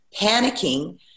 panicking